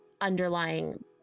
underlying